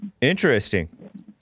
Interesting